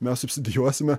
mes subsidijuosime